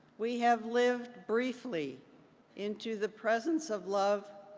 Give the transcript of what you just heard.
we have lived briefly into the presence of love,